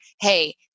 Hey